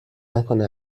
نکنه